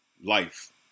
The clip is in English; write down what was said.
life